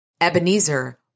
Ebenezer